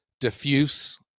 diffuse